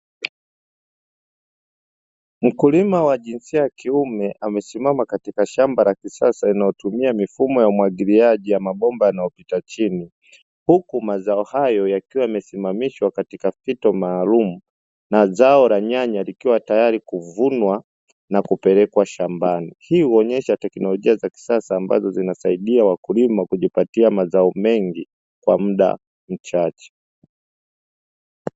Mkulima wa jinsia ya kiume amesimama katika shamba la kisasa linalotumia mifumo ya umwagiliaji ya mabomba yanayopita chini, huku mazao hayo yakiwa yamesimamishwa katika fito maalumu na zao la nyanya likiwa tayari kuvunwa na kupelekwa shambani, hii huonyesha teknolojia za kisasa ambazo zinasaidia wakulima kujipatia mazao mengi kwa muda mchache.